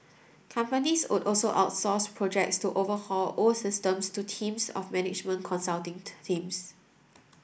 companies would also outsource projects to overhaul old systems to teams of management consulting teams